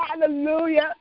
Hallelujah